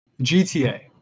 GTA